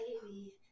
baby